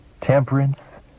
temperance